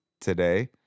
today